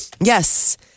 Yes